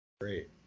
Great